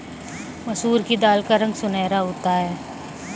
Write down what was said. मसूर की दाल का रंग सुनहरा होता है